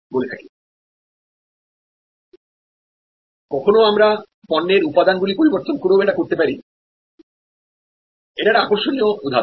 কখনও কখনও আমরা পণ্যের উপাদানগুলি পরিবর্তন করেও এটি করতে পারি এটি একটি আকর্ষণীয় উদাহরণ